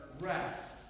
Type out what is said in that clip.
rest